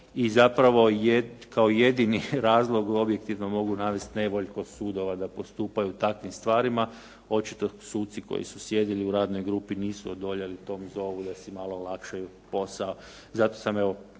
i zapravo kao jedini razlog objektivno mogu navest nevoljkost sudova da postupaju takvim stvarima. Očito suci koji su sjedili u radnoj grupi nisu odoljeli tom zovu da si malo olakšaju posao. Zato sam, evo